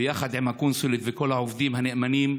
ביחד עם הקונסולית וכל העובדים הנאמנים,